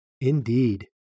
Indeed